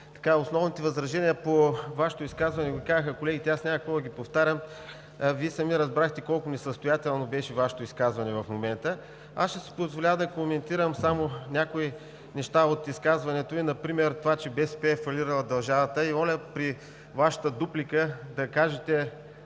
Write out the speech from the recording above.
основните възражения по Вашето изказване ги казаха колегите, аз няма да ги повтарям. Вие самият разбрахте колко несъстоятелно беше Вашето изказване в момента. Ще си позволя да коментирам само някои неща от изказването Ви. Например това, че БСП е фалирала държавата. Моля при Вашата дуплика да сравните